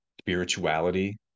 spirituality